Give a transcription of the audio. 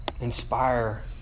inspire